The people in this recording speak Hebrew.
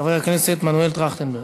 חבר הכנסת מנואל טרכטנברג,